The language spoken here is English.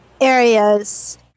areas